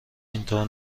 اینطور